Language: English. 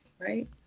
right